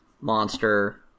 monster